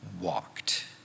walked